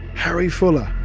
harry fuller.